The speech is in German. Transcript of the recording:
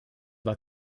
war